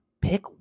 Pick